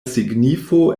signifo